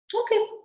Okay